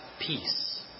peace